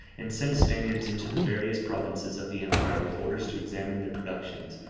and sent spaniards into the various provinces of the empire with orders to examine their productions,